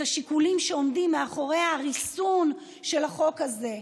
השיקולים שעומדים מאחורי הריסון של החוק הזה.